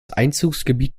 einzugsgebiet